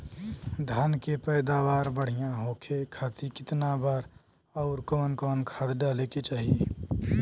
धान के पैदावार बढ़िया होखे खाती कितना बार अउर कवन कवन खाद डाले के चाही?